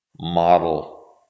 model